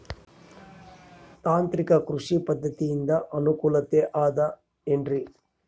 ತಾಂತ್ರಿಕ ಕೃಷಿ ಪದ್ಧತಿಯಿಂದ ಅನುಕೂಲತೆ ಅದ ಏನ್ರಿ?